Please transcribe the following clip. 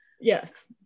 Yes